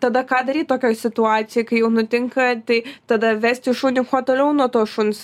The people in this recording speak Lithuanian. tada ką daryt tokioj situacijoj kai jau nutinka tai tada vesti šunį kuo toliau nuo to šuns